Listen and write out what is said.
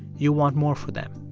you want more for them.